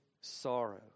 sorrow